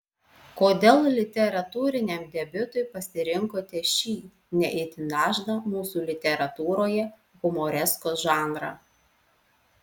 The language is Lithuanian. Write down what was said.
kodėl literatūriniam debiutui pasirinkote šį ne itin dažną mūsų literatūroje humoreskos žanrą